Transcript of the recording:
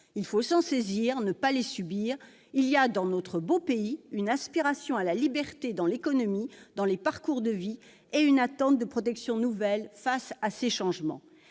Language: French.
Il faut s'en saisir, ne pas les subir. Il y a, dans notre beau pays, une aspiration à la liberté dans l'économie, dans les parcours de vie, et une attente de protection nouvelle face à ces changements.